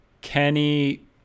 Kenny